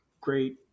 great